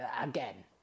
again